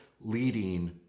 leading